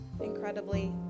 incredibly